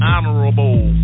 Honorable